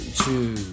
two